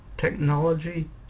technology